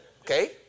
Okay